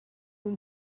nous